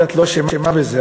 ואת לא אשמה בזה.